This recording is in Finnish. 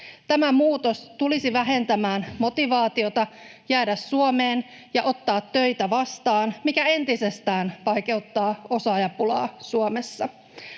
Tämä muutos tulisi vähentämään motivaatiota jäädä Suomeen ja ottaa töitä vastaan, mikä entisestään vaikeuttaa osaajapulaa Suomessa.